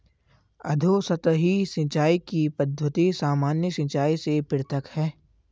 अधोसतही सिंचाई की पद्धति सामान्य सिंचाई से पृथक है